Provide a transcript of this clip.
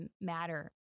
Matter